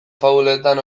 fabuletan